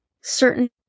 certain